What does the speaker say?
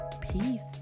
peace